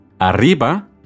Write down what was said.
arriba